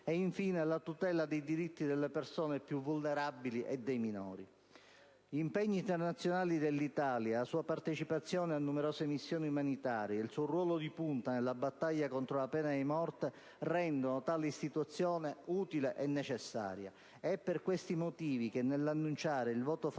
femminili, la tutela dei diritti delle persone più vulnerabili e dei minori. Gli impegni internazionali dell'Italia, la sua partecipazione a numerose missioni umanitarie, il suo ruolo di punta nella battaglia contro la pena di morte rendono tale istituzione utile e necessaria. È per questi motivi che, nell'annunciare il voto